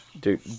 Dude